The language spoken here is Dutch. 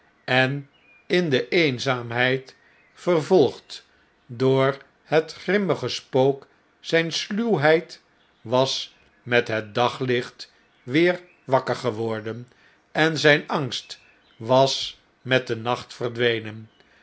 en in de eenzaamheid vervolgd door het grimmige spook zijne sluwheid was met het daglicht weer wakker geworden en zjjn angst was met den nacht verdwenen